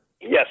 Yes